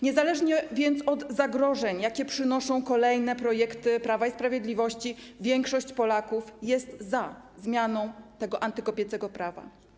Niezależnie więc od zagrożeń, jakie przynoszą kolejne projekty Prawa i Sprawiedliwości, większość Polaków jest za zmianą tego antykobiecego prawa.